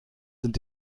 sind